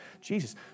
Jesus